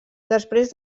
després